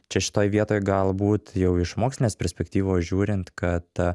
čia šitoj vietoj galbūt jau iš mokslinės perspektyvos žiūrint kad